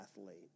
athlete